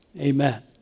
Amen